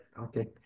okay